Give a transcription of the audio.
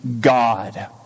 God